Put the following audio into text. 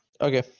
okay